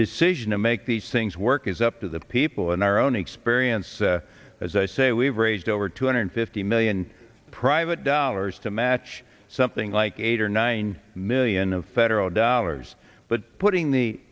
decision to make these things work is up to the people in our own experience as i say we've raised over two hundred fifty million private dollars to match something like eight or nine million of federal dollars but putting the